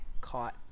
caught